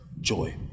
joy